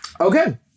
okay